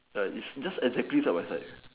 it's just exactly side by side